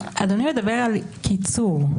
אדוני מדבר על קיצור,